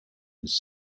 his